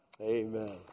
Amen